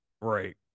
Right